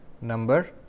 number